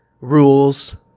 rules